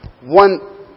One